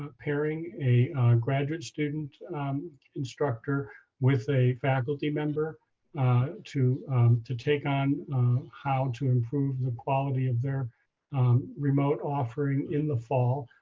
um pairing a graduate student instructor with a faculty member to to take on how to improve the quality of their remote offering in the fall.